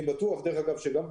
אני בטוח שבעולם,